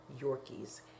Yorkies